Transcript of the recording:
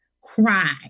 cry